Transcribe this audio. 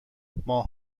ماه